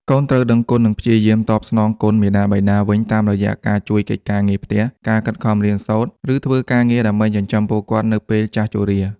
កូនត្រូវដឹងគុណ និងព្យាយាមតបស្នងសងគុណមាតាបិតាវិញតាមរយៈការជួយកិច្ចការងារផ្ទះ ការខិតខំរៀនសូត្រ ឬធ្វើការងារដើម្បីចិញ្ចឹមពួកគាត់នៅពេលចាស់ជរា។